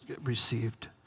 received